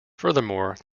furthermore